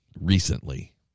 recently